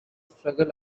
struggle